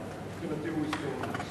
ומבחינתי הוא הסתיים.